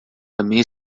também